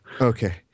Okay